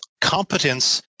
competence